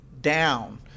down